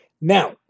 Now